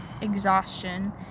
exhaustion